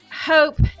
hope